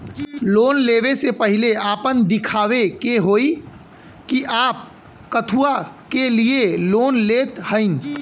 Loan ले वे से पहिले आपन दिखावे के होई कि आप कथुआ के लिए लोन लेत हईन?